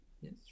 Yes